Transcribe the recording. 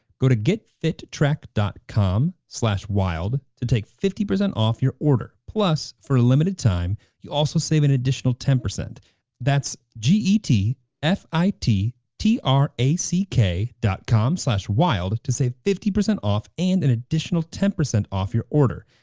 go to getfittrack dot com slash wild to take fifty percent off your order, plus for a limited time, you also save an additional ten percent that's g e t f i t t r a c k com wild to save fifty percent off and an additional ten percent off your order.